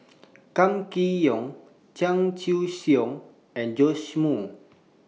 Kam Kee Yong Chan Choy Siong and Joash Moo